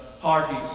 parties